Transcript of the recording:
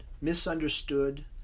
misunderstood